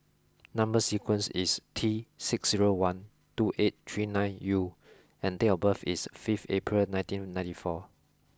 number sequence is T six zero one two eight three nine U and date of birth is five April nineteen ninety four